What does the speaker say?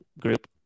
group